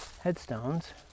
headstones